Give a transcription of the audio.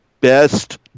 best